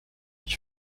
qui